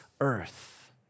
earth